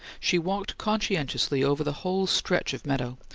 she walked conscientiously over the whole stretch of meadow,